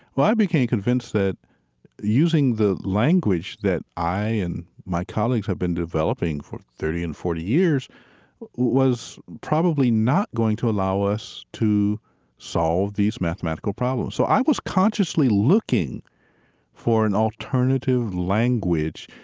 well, i became convinced that using the language that i and my colleagues have been developing for thirty and forty years was probably not going to allow us to solve these mathematical problems so i was consciously looking for an alternative language.